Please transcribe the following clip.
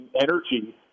energy